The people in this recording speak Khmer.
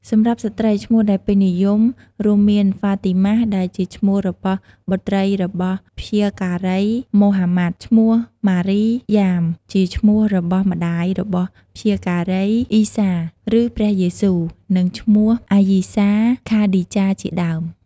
សម្រាប់ស្ត្រី ឈ្មោះដែលពេញនិយមរួមមាន ហ្វាទីម៉ះដែលជាឈ្មោះរបស់បុត្រីរបស់ព្យាការីម៉ូហាម៉ាត់ ឈ្មោះម៉ារីយ៉ាមជាឈ្មោះរបស់ម្តាយរបស់ព្យាការីអ៊ីសាឬព្រះយេស៊ូ និងឈ្មោះ អាយីសា ,ខាឌីចា ជាដើម។